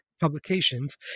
Publications